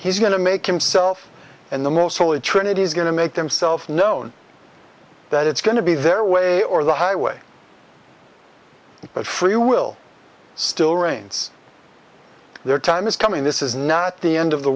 he's going to make himself and the most holy trinity is going to make himself known that it's going to be their way or the highway but free will still reigns their time is coming this is not the end of the